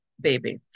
baby